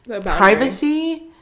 privacy